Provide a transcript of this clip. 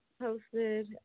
posted